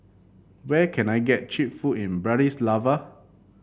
where can I get cheap food in Bratislava